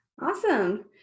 Awesome